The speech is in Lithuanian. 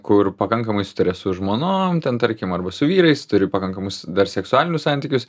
kur pakankamai sutaria su žmonom ten tarkim arba su vyrais turi pakankamus dar seksualinius santykius